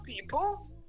people